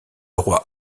roi